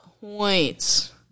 points